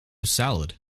salad